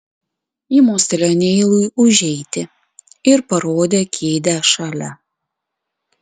ji mostelėjo neilui užeiti ir parodė kėdę šalia